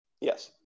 Yes